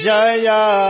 Jaya